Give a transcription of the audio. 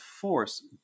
force